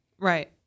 Right